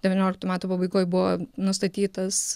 devynioliktų metų pabaigoj buvo nustatytas